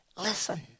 Listen